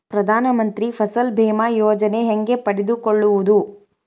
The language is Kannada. ಪ್ರಧಾನ ಮಂತ್ರಿ ಫಸಲ್ ಭೇಮಾ ಯೋಜನೆ ಹೆಂಗೆ ಪಡೆದುಕೊಳ್ಳುವುದು?